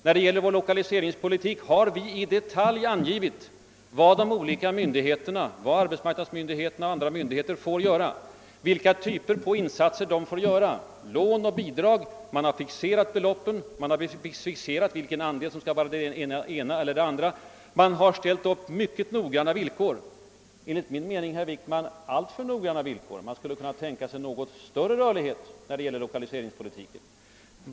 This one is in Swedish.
När det gäller denna politik har vi ju i detalj angivit vad de olika myndigheterna får göra, vilka lån och bidrag de får ge. Beloppen har fixerats, och man har fixerat andelen för den ena och den andra stödformen. Man har ställt upp mycket noggranna villkor — enligt min mening, herr Wickman, alltför noggranna villkor; man skulle kunna tänka sig något större rörlighet.